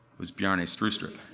who's bjarne stroustrup.